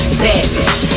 savage